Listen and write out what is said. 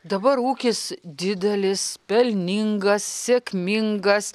dabar ūkis didelis pelningas sėkmingas